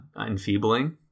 enfeebling